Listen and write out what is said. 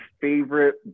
favorite